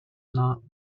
not